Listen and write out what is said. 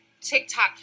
TikTok